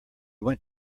went